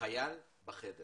חייל אחד בחדר